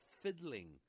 fiddling